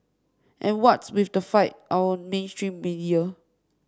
and what's with the fight on mainstream media